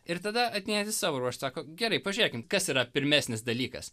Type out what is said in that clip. ir tada atėnietis savo ruožtu sako gerai pažiūrėkim kas yra pirmesnis dalykas